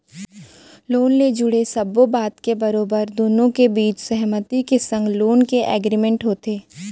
loan ले जुड़े सब्बो बात के बरोबर दुनो के बीच सहमति के संग लोन के एग्रीमेंट होथे